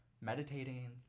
meditating